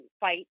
fight